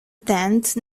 tenth